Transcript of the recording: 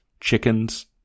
chickens